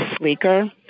sleeker